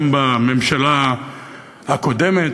גם בממשלה הקודמת.